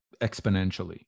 exponentially